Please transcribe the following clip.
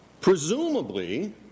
Presumably